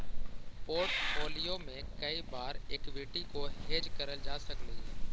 portfolio में कई बार एक्विटी को हेज करल जा सकलई हे